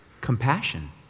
Compassion